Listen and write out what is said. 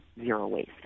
zero-waste